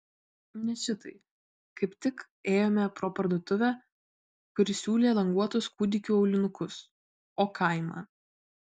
ne šitai kaip tik ėjome pro parduotuvę kuri siūlė languotus kūdikių aulinukus o kaimą